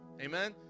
Amen